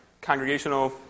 congregational